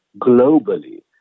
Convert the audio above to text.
globally